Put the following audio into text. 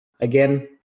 again